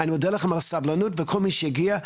מודה על הסבלנות ולכל מי שהגיע.